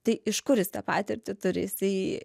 tai iš kur jis tą patirtį turi jisai